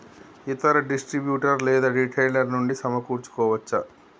ఇతర డిస్ట్రిబ్యూటర్ లేదా రిటైలర్ నుండి సమకూర్చుకోవచ్చా?